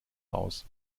aus